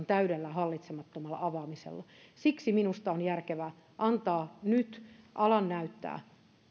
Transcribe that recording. täydellä hallitsemattomalla avaamisella siksi minusta on järkevää antaa nyt alan näyttää